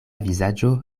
vizaĝo